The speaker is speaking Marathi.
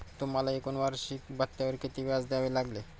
तुम्हाला एकूण वार्षिकी भत्त्यावर किती व्याज द्यावे लागले